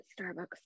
Starbucks